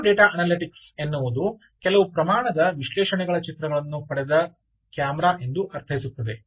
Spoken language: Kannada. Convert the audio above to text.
ವೀಡಿಯೊ ಡಾಟಾ ಅನಾಲಿಟಿಕ್ಸ್ ಎನ್ನುವುದು ಕೆಲವು ಪ್ರಮಾಣದ ವಿಶ್ಲೇಷಣೆಗಳ ಚಿತ್ರವನ್ನು ಪಡೆದ ಕ್ಯಾಮೆರಾ ಎಂದು ಅರ್ಥೈಸುತ್ತದೆ